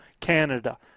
Canada